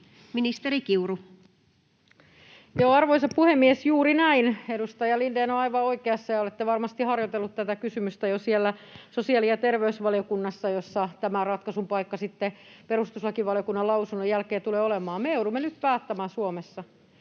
Content: Arvoisa puhemies! Juuri näin, edustaja Lindén on aivan oikeassa, ja olette varmasti harjoitelleet tätä kysymystä jo siellä sosiaali- ja terveysvaliokunnassa, jossa tämä ratkaisun paikka sitten perustuslakivaliokunnan lausunnon jälkeen tulee olemaan. Me joudumme nyt päättämään Suomessa,